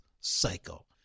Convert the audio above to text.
cycle